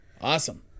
Awesome